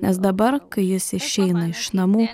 nes dabar kai jis išeina iš namų